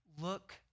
look